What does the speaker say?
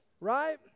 right